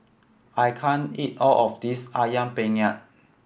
I can't eat all of this Ayam Penyet